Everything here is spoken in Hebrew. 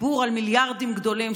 הדיבור על מיליארדים גדולים,